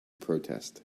protest